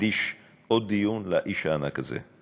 תקדיש עוד דיון לאיש הענק הזה.